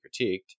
critiqued